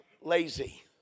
lazy